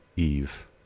Eve